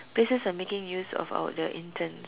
places are making use of our the interns